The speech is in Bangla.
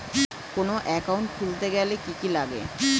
কোন একাউন্ট খুলতে গেলে কি কি লাগে?